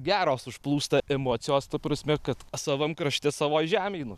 geros užplūsta emocijos ta prasme kad savam krašte savoj žemėj nu